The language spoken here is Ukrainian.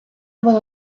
вона